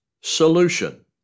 solution